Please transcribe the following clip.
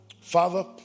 Father